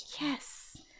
Yes